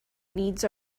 needs